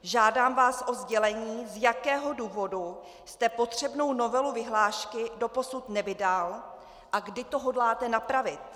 Žádám vás o sdělení, z jakého důvodu jste potřebnou novelu vyhlášky doposud nevydal a kdy to hodláte napravit.